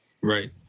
Right